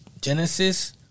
Genesis